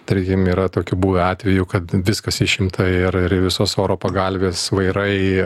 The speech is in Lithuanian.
tarkim yra tokių buvę atvejų kad viskas išimta ir ir visos oro pagalvės vairai